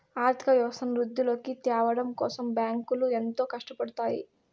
ఆర్థిక వ్యవస్థను వృద్ధిలోకి త్యావడం కోసం బ్యాంకులు ఎంతో కట్టపడుతాయి